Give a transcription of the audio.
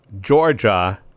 Georgia